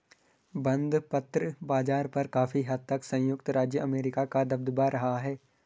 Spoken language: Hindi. बंधपत्र बाज़ार पर काफी हद तक संयुक्त राज्य अमेरिका का दबदबा रहा है